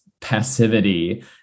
passivity